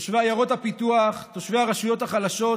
תושבי עיירות הפיתוח, תושבי הרשויות החלשות,